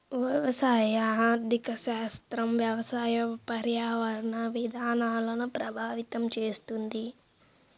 వ్యవసాయ ఆర్థిక శాస్త్రం వ్యవసాయ, పర్యావరణ విధానాలను ప్రభావితం చేస్తుంది